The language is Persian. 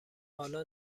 حالا